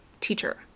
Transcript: Teacher